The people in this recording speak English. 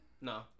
No